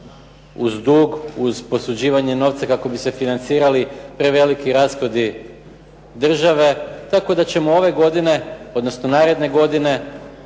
uz dug, uz posuđivanje novca kako bi se financirali preveliki rashodi države, tako da ćemo ove godine, odnosno naredne godine